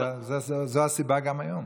זו הסיבה גם היום.